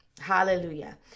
Hallelujah